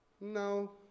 No